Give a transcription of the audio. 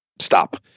stop